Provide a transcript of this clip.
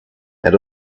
and